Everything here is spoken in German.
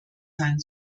sein